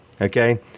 okay